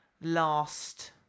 last